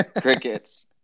Crickets